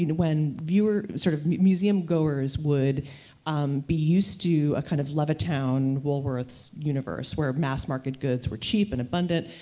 you know when viewer, sort of museum-goers would be used to a kind of levittown, woolworth's universe, where mass-market goods were cheap and abundant,